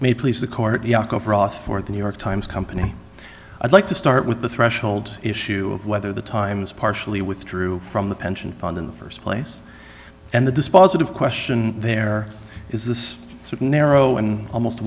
may please the court yako for off for the new york times company i'd like to start with the threshold issue of whether the times partially withdrew from the pension fund in the st place and the dispositive question there is this sort of narrow and almost